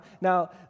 now